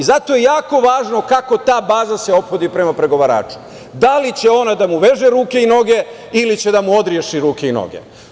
Zato je jako važno kako se ta baza ophodi prema pregovaraču, da li će ona da mu veže ruke i noge ili će da mu odreši ruke i noge.